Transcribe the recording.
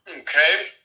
Okay